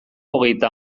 hogeita